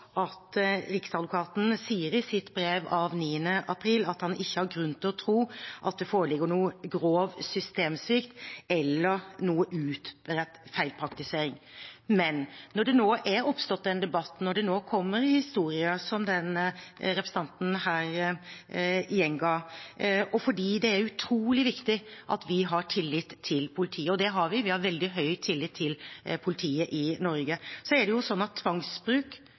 at Riksadvokaten sier i sitt brev av 9. april at han ikke har grunn til å tro at det foreligger noen grov systemsvikt eller noen utbredt feilpraktisering, men det er nå oppstått en debatt, og det kommer historier som den representanten gjenga her. Det er utrolig viktig at vi har tillit til politiet, og det har vi. Vi har veldig høy tillit til politiet i Norge. Tvangsbruk og personransaking er noe av det